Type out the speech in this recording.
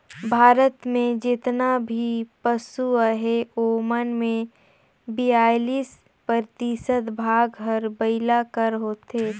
भारत में जेतना भी पसु अहें ओमन में बियालीस परतिसत भाग हर बइला कर होथे